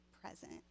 present